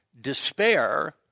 despair